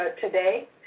today